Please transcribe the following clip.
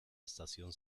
estación